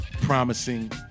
promising